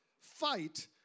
fight